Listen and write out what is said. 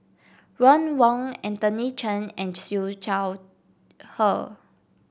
Ron Wong Anthony Chen and Siew Shaw Her